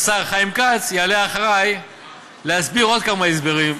השר חיים כץ, יעלה אחרי להסביר עוד כמה הסברים.